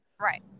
Right